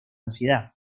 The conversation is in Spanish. ansiedad